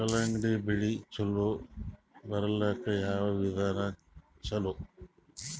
ಕಲ್ಲಂಗಡಿ ಬೆಳಿ ಚಲೋ ಬರಲಾಕ ಯಾವ ವಿಧಾನ ಚಲೋ?